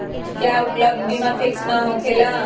का उपलब्ध बीमा फिक्स न होकेला?